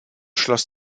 schloss